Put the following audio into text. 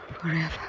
Forever